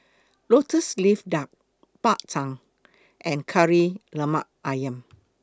Lotus Leaf Duck Bak Chang and Kari Lemak Ayam